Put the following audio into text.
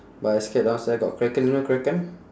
but I scared downstairs got kraken you know kraken